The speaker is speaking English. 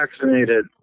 vaccinated